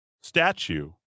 statue